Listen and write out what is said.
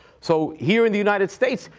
so, here in the united states,